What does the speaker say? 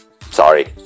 Sorry